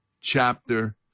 chapter